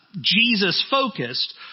Jesus-focused